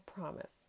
promise